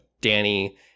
Danny